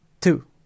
two